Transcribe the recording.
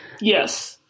Yes